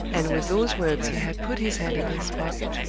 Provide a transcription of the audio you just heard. and with those words he had put his hand in his pocket,